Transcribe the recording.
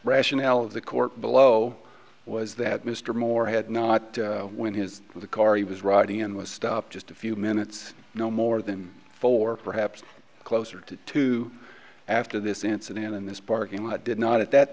rationale of the court below was that mr moore had not when his the car he was riding in was stopped just a few minutes no more than four perhaps closer to two after this incident in this parking lot did not at that